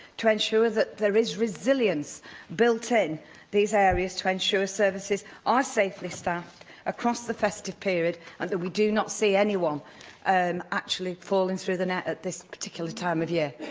to ensure that there is resilience built in these areas to ensure services are safely staffed across the festive period and that we do not see anyone and actually falling through the net at this particular time of year?